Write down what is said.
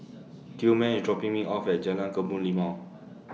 Tillman IS dropping Me off At Jalan Kebun Limau